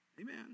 Amen